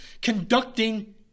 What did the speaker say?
conducting